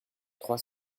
trois